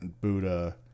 buddha